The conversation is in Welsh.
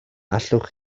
allwch